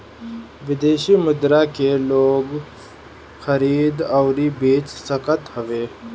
विदेशी मुद्रा के लोग खरीद अउरी बेच सकत हवे